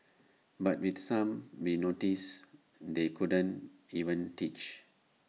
but with some we noticed they couldn't even teach